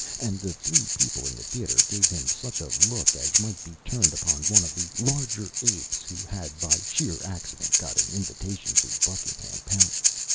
and the three people in the theater gave him such a look as might be turned upon one of the larger apes who had, by sheer accident, got an invitation to buckingham palace.